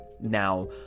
Now